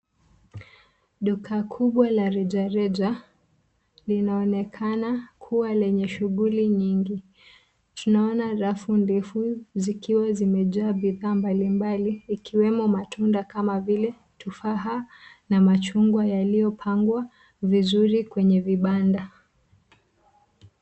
Duka kubwa la rejareja linaonekana kuwa lenye shughuli nyingi . Tunaona rafu ndefu zikiwa zimejaa bidhaa mbalimbali ikiwemo matunda kama vile tufaha na machungwa yaliyopangwa vizuri kwenye vibanda.